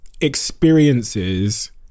experiences